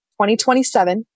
2027